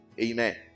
Amen